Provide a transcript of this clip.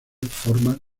formas